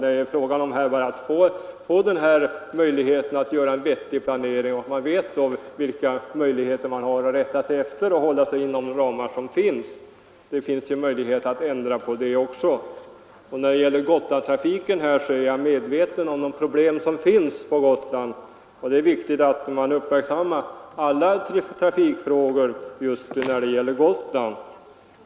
Det är fråga om att få en möjlighet att göra en vettig planering. Man vet då vilka ramar man har att hålla sig inom. Jag är medveten om problemen beträffande Gotlandstrafiken. Det är viktigt att uppmärksamma alla trafikfrågor just när det gäller Gotland.